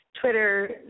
Twitter